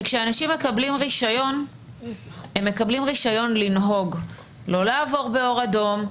שכשאנשים מקבלים רישיון הם מקבלים רישיון לנהוג לא לעבור באור אדום,